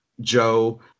Joe